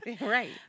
right